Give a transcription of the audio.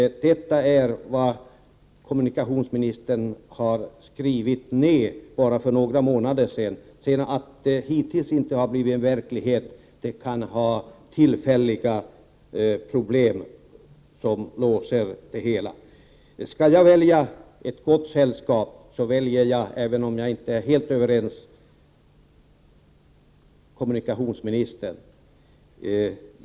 Detta skrev kommunikationsministern för bara några månader sedan. Att det hittills inte har blivit verklighet kan bero på tillfälliga problem som låser det hela. Skall jag välja ett gott sällskap väljer jag, även om jag inte är helt överens, kommunikationsministern.